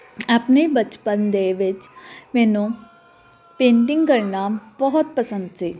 ਆਪਣੇ ਬਚਪਨ ਦੇ ਵਿੱਚ ਮੈਨੂੰ ਪੇਟਿੰਗ ਕਰਨਾ ਬਹੁਤ ਪਸੰਦ ਸੀ